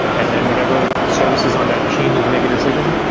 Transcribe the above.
and then whenever services on that machine need to make a decision,